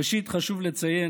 ראשית, חשוב לציין